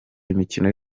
imikino